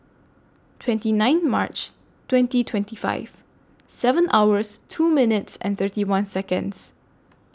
twenty nine March twenty twenty five seven hours two minutes and thirty one Seconds